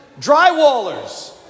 drywallers